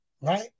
right